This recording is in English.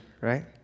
right